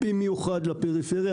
במיוחד בפריפריה.